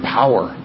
power